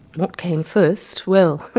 what came first? well,